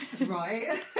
right